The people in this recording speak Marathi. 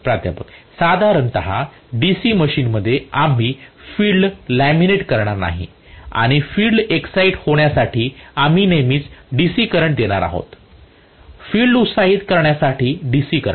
प्रोफेसर साधारणत DC मशीनमध्ये आम्ही फिल्ड लॅमिनेट करणार नाही आणि फिल्ड एक्साईट होण्यासाठी आम्ही नेहमीच DC करंट देणार आहोत फील्ड उत्साहित करण्यासाठी डीसी करंट